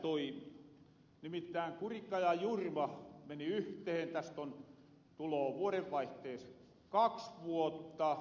nimittäin kurikka ja jurva meni yhteen täst tuloo vuoden vaihtees kaks vuotta